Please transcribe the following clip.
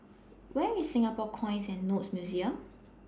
Where IS Singapore Coins and Notes Museum